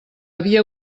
havia